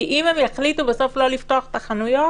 כי אם הם יחליטו בסוף לא לפתוח את החנויות,